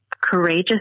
courageous